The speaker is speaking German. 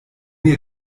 ihr